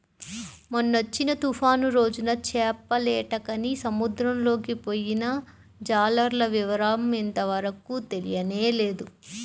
మొన్నొచ్చిన తుఫాను రోజున చేపలేటకని సముద్రంలోకి పొయ్యిన జాలర్ల వివరం ఇంతవరకు తెలియనేలేదు